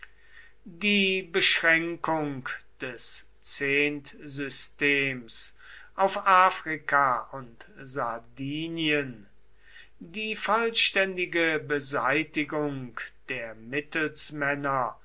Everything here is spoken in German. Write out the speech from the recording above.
die beschränkung des zehntsystems auf afrika und sardinien die vollständige beseitigung der mittelsmänner